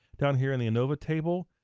down here in the anova table,